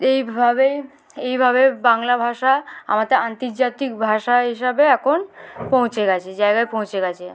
এইভাবেই এইভাবে বাংলা ভাষা আমাদের আন্তর্জাতিক ভাষা হিসাবে এখন পৌঁছে গেছে জায়গায় পৌঁছে গেছে